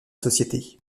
société